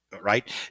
right